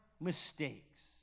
mistakes